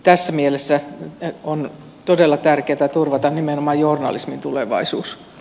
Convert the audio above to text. tässä mielessä on todella tärkeätä turvata nimenomaan journalismin tulevaisuus